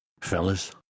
Fellas